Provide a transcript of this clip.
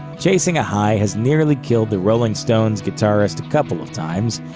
chasing a high has nearly killed the rolling stones guitarist a couple of times.